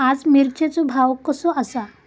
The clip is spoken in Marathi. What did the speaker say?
आज मिरचेचो भाव कसो आसा?